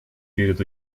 перед